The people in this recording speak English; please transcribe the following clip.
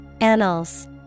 Annals